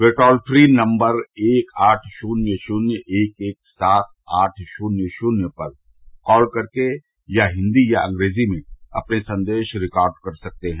ये toll free number एक आठ शुन्य शुन्य एक एक सात आठ शून्य शून्य पर कॉल करके हिन्दी या अंग्रेजी में अपने संदेश रिकॉर्ड कर सकते हैं